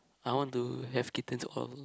I want to have kittens all